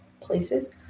places